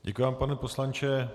Děkuji vám, pane poslanče.